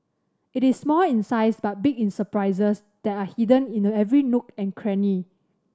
it is small in size but big in surprises that are hidden in a every nook and cranny